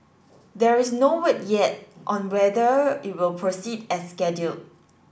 there is no word yet on whether it will proceed as scheduled